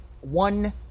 one